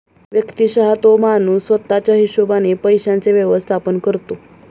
व्यक्तिशः तो माणूस स्वतः च्या हिशोबाने पैशांचे व्यवस्थापन करतो